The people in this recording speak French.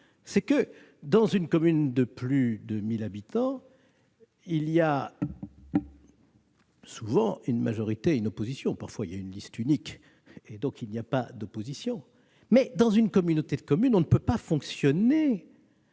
c'est que dans une commune de plus de 1 000 habitants, il y a souvent une majorité et une opposition. Parfois, il y a une liste unique, ce qui signifie l'absence d'opposition. Dans une communauté de communes, on ne peut pas fonctionner